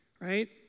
right